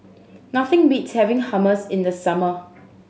nothing beats having Hummus in the summer